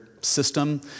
system